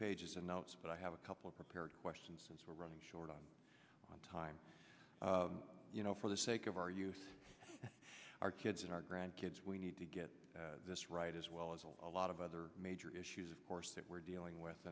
pages of notes but i have a couple of prepared questions since we're running short on time you know for the sake of our youth our kids and our grandkids we need to get this right as well as a lot of other major issues of course that we're dealing with